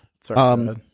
Sorry